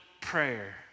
prayer